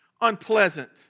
unpleasant